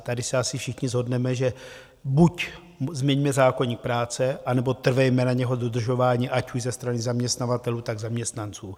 Tady se asi všichni shodneme, že buď změňme zákoník práce, anebo trvejme na jeho dodržování, ať už ze strany zaměstnavatelů, tak zaměstnanců.